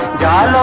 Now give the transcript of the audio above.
da